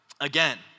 again